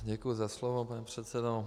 Děkuji za slovo, pane předsedo.